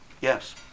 Yes